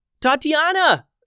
Tatiana